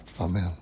Amen